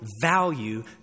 value